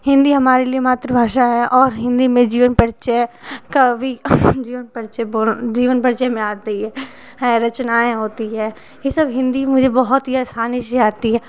हिंदी हमारे लिए मातृभाषा है और हिंदी में जीवन परिचय कवी जीवन परिचय बोल जीवन परिचय में आती है रचनाएँ होती है ये सब हिंदी मुझे बहुत आसानी से आती है